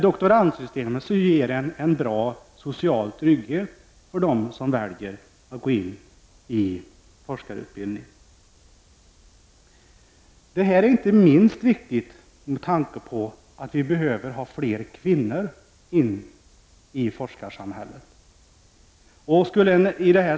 Doktorandsystemet ger en bra social trygghet för dem som väljer forskarutbildning. Det här är inte minst viktigt med tanke på att vi behöver ha fler kvinnor i forskarsamhället.